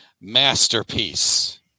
masterpiece